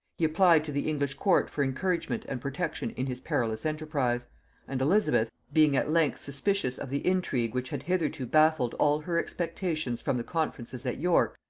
he applied to the english court for encouragement and protection in his perilous enterprise and elizabeth, being at length suspicious of the intrigue which had hitherto baffled all her expectations from the conferences at york,